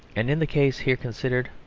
and in the case here considered,